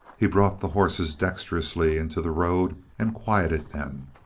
he brought the horses dexterously into the road and quieted them.